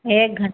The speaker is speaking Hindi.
एक घन